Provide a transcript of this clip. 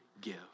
give